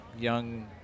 young